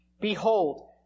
Behold